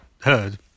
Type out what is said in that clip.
heard